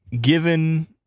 given